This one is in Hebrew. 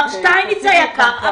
מר שטיינמץ היקר,